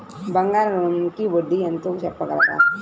బంగారు ఋణంకి వడ్డీ ఎంతో చెప్పగలరా?